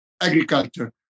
agriculture